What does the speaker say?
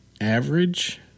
average